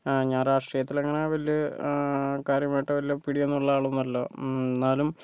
ഞാൻ രാഷ്ട്രീയത്തിൽ അങ്ങനെ വലിയ കാര്യമായിട്ട് വലിയ പിടിയൊന്നുമുള്ള ആളൊന്നുമല്ല എന്നാലും